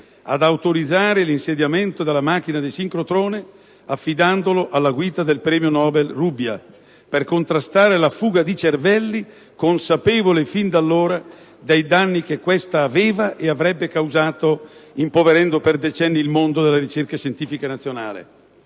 ad autorizzare l'insediamento della macchina di sincrotrone affidandolo alla guida del premio Nobel Rubbia per contrastare la fuga di cervelli, consapevole dei danni che questa aveva e avrebbe causato impoverendo per decenni il mondo della ricerca scientifica nazionale.